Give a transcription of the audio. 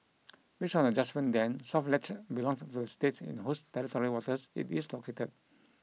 based on the judgement then south ledge belonged to the state in shose territorial waters it is located